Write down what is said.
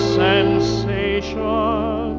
sensation